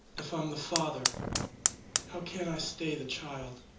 if i'm the father how can i stay the child.